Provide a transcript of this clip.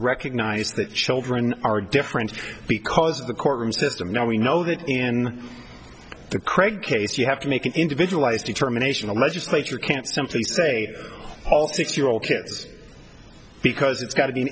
recognize that children are different because of the courtroom system now we know that in the craig case you have to make an individualized determination a legislature can't simply say all six year old kids because it's got to be an